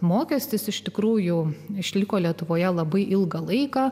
mokestis iš tikrųjų išliko lietuvoje labai ilgą laiką